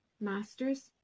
Masters